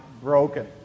broken